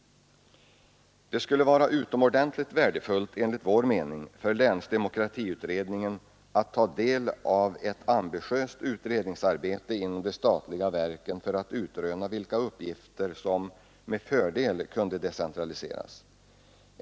Det skulle vara utomordentligt värdefullt, enligt vår mening, för länsdemokratiutredningen att ta del av ett ambitiöst utredningsarbete inom de statliga verken för att utröna vilka uppgifter som med fördel kunde decentraliseras.